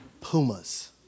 Pumas